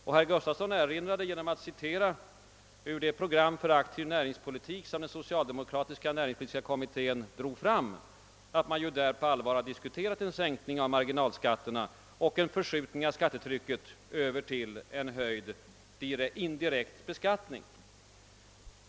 Och herr Custafson i Göteborg erinrade med citat ur det program för aktiv näringspolitik, som den socialdemokratiska näringspolitiska kommittén lade fram 1968, om att man där på allvar diskuterat en sänkning av marginalskatterna och en förskjutning av skattetrycket över till en höjd indirekt be skattning.